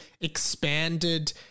expanded